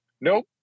Nope